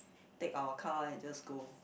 take our car and just go